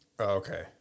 Okay